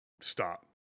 stop